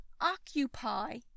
Occupy